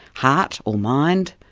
heart or mind,